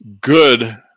good